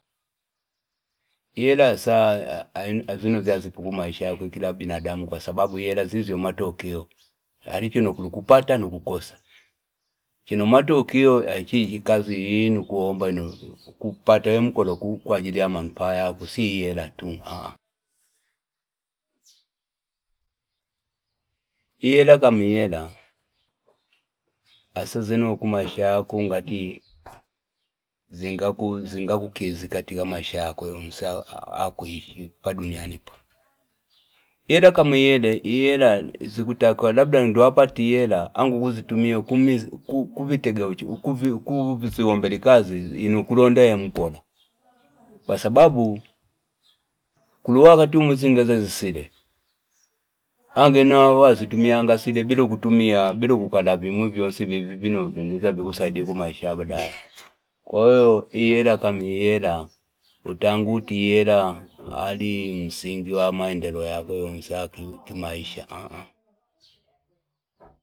Ihela asa azi- azi zino zyazipa kumaisha yakwe binadamu kwa sababu ihela zizyo amatokeo alichino kuli ukupata nukukosa chino amatokeo achichi ikazi ino ukuomba ino ukupata we mkola kwa ajili ya manufaa yako sio ihela tu ihela kama ihela asa zino kumaisha yako ungati zingakukizi kumaisha yako akuishi paduniani paa ihela kama ihela chi kutakiwa ngi wapata ihela ange ukizitumia kuziombela ikazi ino ukulonda we mkola kwa sababu kuli uwakati umwi zingiza zisite ange nawe wazitumiananga sile bila kukala nanda vyonsi vivi vino vingiza vikusaidie kumaisha ya badae kwa hiyo ihela kama ihela utange uti ali msingi wa maendeleo yako yonsi akimaisha aaa.